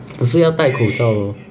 只是要戴口罩 lor